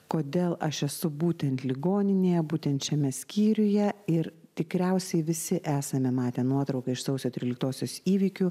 kodėl aš esu būtent ligoninėje būtent šiame skyriuje ir tikriausiai visi esame matę nuotrauką iš sausio tryliktosios įvykių